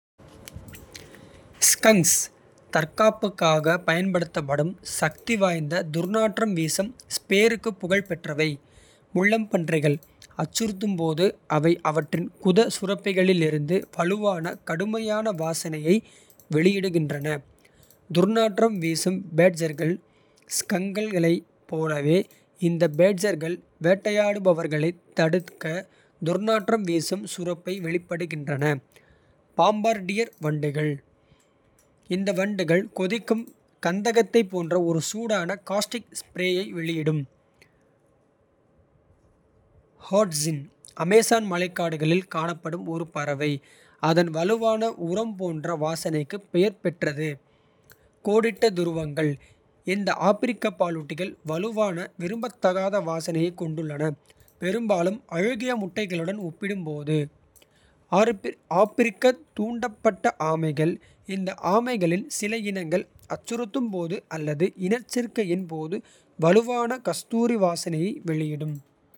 ஸ்கங்க்ஸ் தற்காப்புக்காகப் பயன்படுத்தப்படும் சக்திவாய்ந்த. துர்நாற்றம் வீசும் ஸ்ப்ரேக்கு புகழ் பெற்றவை. முள்ளம்பன்றிகள் அச்சுறுத்தும் போது ​​ அவை அவற்றின் குத சுரப்பிகளில் இருந்து வலுவான. கடுமையான வாசனையை வெளியிடுகின்றன. துர்நாற்றம் வீசும் பேட்ஜர்கள் ஸ்கங்க்களைப் போலவே. இந்த பேட்ஜர்கள் வேட்டையாடுபவர்களைத். தடுக்க துர்நாற்றம் வீசும் சுரப்பை வெளியிடுகின்றன. பாம்பார்டியர் வண்டுகள் இந்த வண்டுகள். கொதிக்கும் கந்தகத்தைப் போன்ற ஒரு சூடான. காஸ்டிக் ஸ்ப்ரேயை வெளியிடும். ஹாட்ஸின் அமேசான் மழைக்காடுகளில் காணப்படும் ஒரு. பறவை அதன் வலுவான உரம் போன்ற வாசனைக்கு பெயர் பெற்றது. கோடிட்ட துருவங்கள் இந்த ஆப்பிரிக்க. பாலூட்டிகள் வலுவான விரும்பத்தகாத வாசனையைக். கொண்டுள்ளன பெரும்பாலும் அழுகிய. முட்டைகளுடன் ஒப்பிடும்போது. ஆப்பிரிக்க தூண்டப்பட்ட ஆமைகள் இந்த. ஆமைகளின் சில இனங்கள் அச்சுறுத்தும் போது. அல்லது இனச்சேர்க்கையின் போது வலுவான. கஸ்தூரி வாசனையை வெளியிடும்.